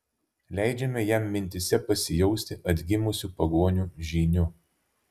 leidžiame jam mintyse pasijausti atgimusiu pagonių žyniu